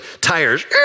tires